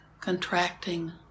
contracting